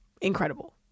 Incredible